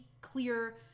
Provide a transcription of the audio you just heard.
clear